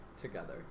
together